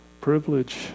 privilege